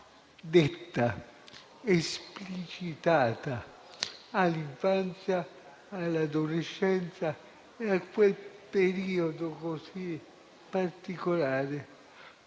detta, esplicitata all'infanzia, all'adolescenza e a quel periodo, così particolare,